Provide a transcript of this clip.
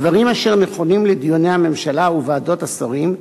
הדברים אשר נכונים לדיוני הממשלה ולוועדות השרים,